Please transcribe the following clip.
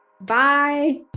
Bye